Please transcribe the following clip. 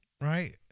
right